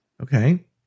Okay